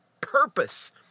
purpose